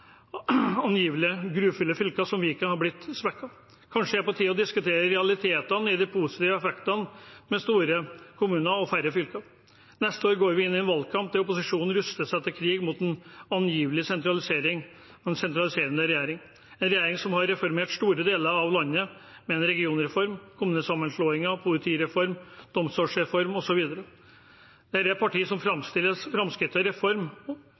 grufulle fylker som Viken er en svekkelse. Kanskje er det på tide å diskutere realitetene i de positive effektene med store kommuner og færre fylker. Neste år går vi inn i en valgkamp der opposisjonen ruster seg til krig mot en angivelig sentraliserende regjering, en regjering som har reformert store deler av landet med regionreform, kommunesammenslåinger, politireform, domstolsreform osv. Der dette er partier som framstiller reform som framskritt,